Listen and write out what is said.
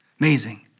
Amazing